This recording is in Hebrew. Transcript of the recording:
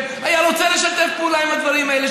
היה רוצה לשתף פעולה עם הדברים האלה,